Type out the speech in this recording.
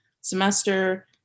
semester